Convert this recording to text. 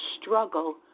struggle